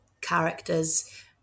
characters